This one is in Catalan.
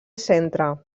centre